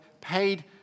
paid